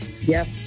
Yes